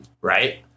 right